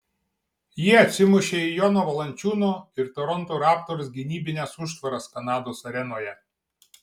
jie atsimušė į jono valančiūno ir toronto raptors gynybines užtvaras kanados arenoje